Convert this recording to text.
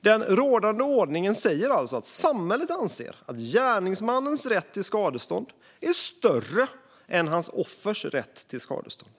Den rådande ordningen säger alltså att samhället anser att gärningsmannens rätt till skadestånd är större än hans offers rätt till skadestånd.